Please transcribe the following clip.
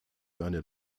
seine